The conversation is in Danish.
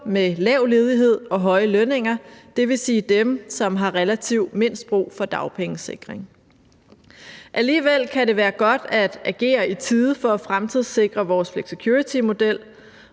med lav ledighed og høje lønninger, det vil sige dem, som har relativt mindst brug for dagpengesikring. Alligevel kan det være godt at agere i tide for at fremtidssikre vores flexicuritymodel,